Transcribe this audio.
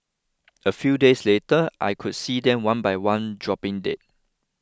a few days later I could see them one by one dropping dead